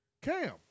Cam